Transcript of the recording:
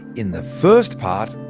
in the first part,